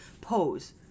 pose